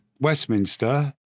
Westminster